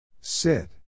Sit